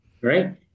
right